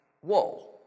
Whoa